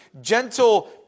gentle